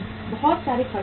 बहुत सारे खर्च होते हैं